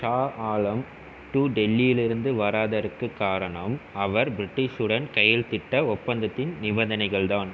Shah Alam two டெல்லியிலிருந்து வராததற்குக் காரணம் அவர் பிரிட்டிஷ் உடன் கையெழுத்திட்ட ஒப்பந்தத்தின் நிபந்தனைகள் தான்